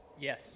Yes